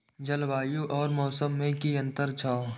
जलवायु और मौसम में कि अंतर छै?